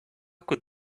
could